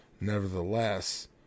Nevertheless